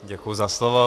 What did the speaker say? Děkuji za slovo.